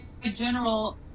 general